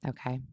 Okay